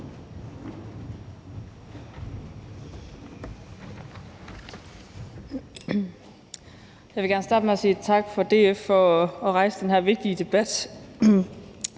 Jeg vil gerne starte med at sige tak til DF for at rejse den her vigtige debat,